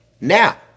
Now